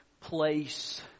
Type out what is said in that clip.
place